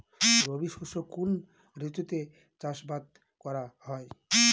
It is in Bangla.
রবি শস্য কোন ঋতুতে চাষাবাদ করা হয়?